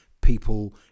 people